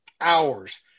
hours